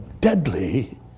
deadly